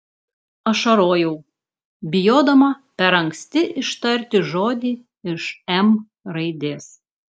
ašarojau bijodama per anksti ištarti žodį iš m raidės